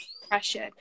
depression